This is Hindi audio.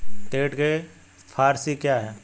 क्रेडिट के फॉर सी क्या हैं?